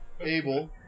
Abel